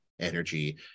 energy